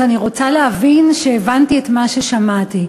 אז אני רוצה להבין ששמעתי את מה ששמעתי: